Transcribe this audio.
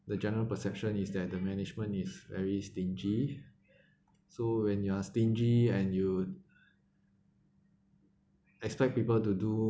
the general perception is that the management is very stingy so when you are stingy and you expect people to do